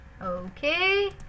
Okay